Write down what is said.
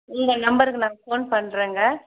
இந்த நம்பருக்கு நான் ஃபோன் பண்றேங்க